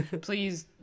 please